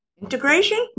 Integration